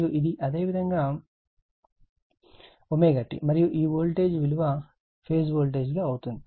మరియు ఇది అదేవిధంగా ωt మరియు ఈ వోల్టేజ్ విలువ ఫేజ్ వోల్టేజ్ గా అవుతుంది